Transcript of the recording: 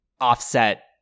Offset